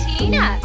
Tina